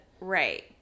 Right